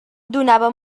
donava